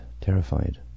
terrified